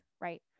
right